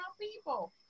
people